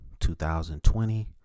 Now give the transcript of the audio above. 2020